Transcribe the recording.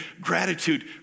Gratitude